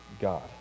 God